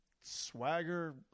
swagger